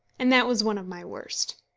and that was one of my worst.